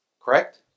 Correct